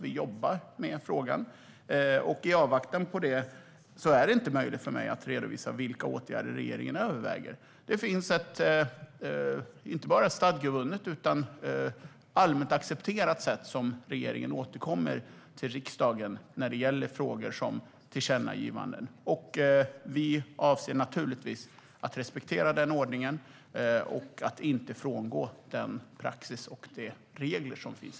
Vi jobbar med frågan, och i avvaktan på det är det inte möjligt för mig att redovisa vilka åtgärder regeringen överväger. Det finns ett inte bara stadgevunnet utan också allmänt accepterat sätt som innebär att regeringen återkommer till riksdagen i frågor såsom tillkännagivanden. Vi avser naturligtvis att respektera den ordningen och inte frångå den praxis och de regler som finns.